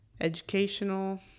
Educational